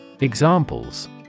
Examples